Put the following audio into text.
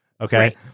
Okay